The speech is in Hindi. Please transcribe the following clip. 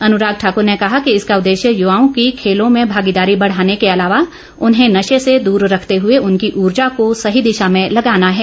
अनुराग ठाक्र ने कहा कि इसका उददेश्य युवाओं की खेलों में भागीदारी बढ़ाने के अलावा उन्हें नशे से दुर रखते हए उनकी ऊर्जा को सही दिशा में लगाना है